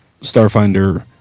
Starfinder